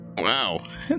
wow